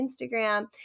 Instagram